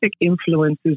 influences